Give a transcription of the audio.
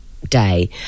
day